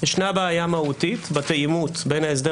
ישנה בעיה מהותית בתאימות בין ההסדר